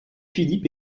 philippe